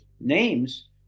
names